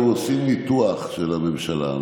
אנחנו עושים ניתוח של הממשלה.